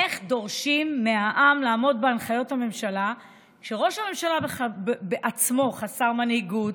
איך דורשים מהעם לעמוד בהנחיות הממשלה כשראש הממשלה בעצמו חסר מנהיגות,